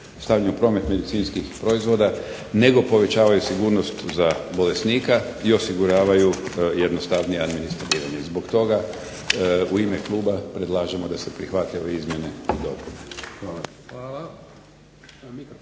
stavljanju u promet medicinskih proizvoda, nego povećavaju i sigurnost za bolesnika i osiguravaju jednostavnije administriranje. Zbog toga u ime kluba predlažemo da se prihvate ove izmjene i dopune.